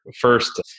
First